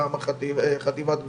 פעם חטיבת גולני,